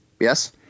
Yes